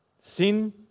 Sin